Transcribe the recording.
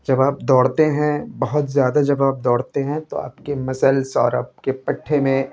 جب آپ دوڑتے ہیں بہت زیادہ جب آپ دوڑتے ہیں تو آپ کے مسلس اور آپ کے پٹھے میں